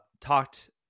talked